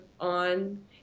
on